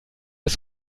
des